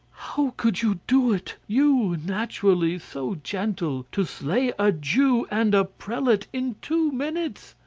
how could you do it? you, naturally so gentle, to slay a jew and a prelate in two minutes!